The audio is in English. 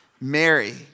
Mary